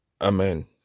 Amen